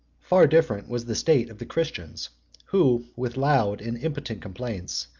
far different was the state of the christians who, with loud and impotent complaints,